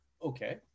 Okay